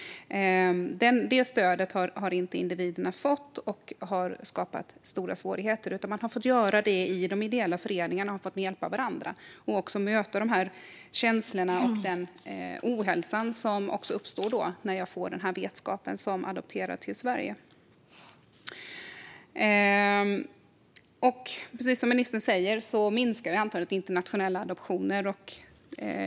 Det stödet har individerna inte fått, vilket har skapat stora svårigheter. Man har fått hjälpa varandra i de ideella föreningarna och också möta de här känslorna och den ohälsa som uppstår hos den som är adopterad till Sverige och får den här vetskapen. Precis som ministern säger minskar antalet internationella adoptioner.